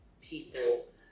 people